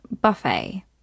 buffet